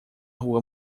rua